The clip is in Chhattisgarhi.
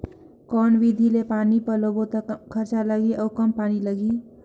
कौन विधि ले पानी पलोबो त कम खरचा लगही अउ कम पानी लगही?